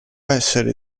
essere